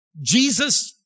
Jesus